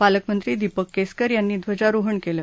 पालकमंत्री दीपक केसरकर यांनी ध्वजारोहण केलं